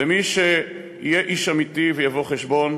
ומי שיהיה איש אמיתי ויבוא חשבון,